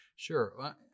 Sure